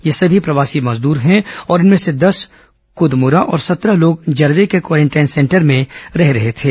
ये सभी प्रवासी मजदूर हैं और इनमें से दस कृदमुरा और सत्रह लोग जर्वे के क्वारेंटाइन सेंटर में रह रहे थे